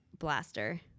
blaster